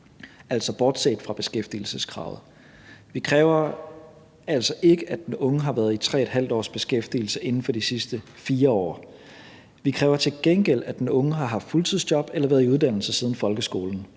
altså bortset fra beskæftigelseskravet. Vi kræver altså ikke, at den unge har været i 3½ års beskæftigelse inden for de sidste 4 år. Vi kræver til gengæld, at den unge har haft fuldtidsjob eller været i uddannelse siden folkeskolen.